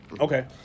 Okay